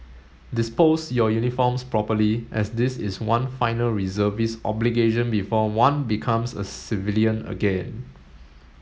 dispose your uniforms properly as this is one final reservist obligation before one becomes a civilian again